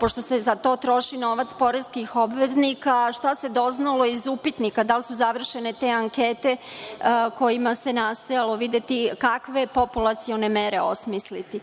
pošto se za to troši novac poreskih obveznika, šta se doznalo iz upitnika. Da li su završene te ankete kojima se nastojalo videti kakve populacione mere osmisliti?